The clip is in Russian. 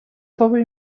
слово